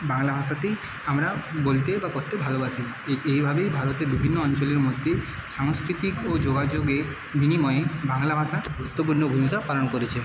বাংলা ভাষাতেই আমরা বলতে বা করতে ভালোবাসি এ এই ভাবেই ভারতের বিভিন্ন অঞ্চলের মধ্যে সাংস্কৃতিক ও যোগাযোগে বিনিময়ে বাংলা ভাষা গুরুত্বপূর্ণ ভূমিকা পালন করে